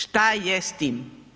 Šta je s tim?